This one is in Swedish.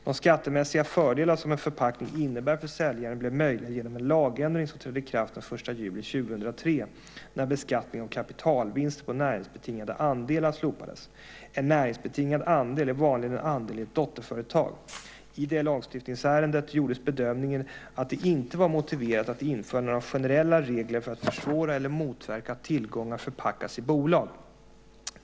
De skattemässiga fördelar som en förpackning innebär för säljaren blev möjliga genom en lagändring som trädde i kraft den 1 juli 2003 när beskattningen av kapitalvinster på näringsbetingade andelar slopades. En näringsbetingad andel är vanligen en andel i ett dotterföretag. I det lagstiftningsärendet gjordes bedömningen att det inte var motiverat att införa några generella regler för att försvåra eller motverka att tillgångar förpackas i bolag.